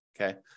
okay